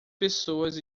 pessoas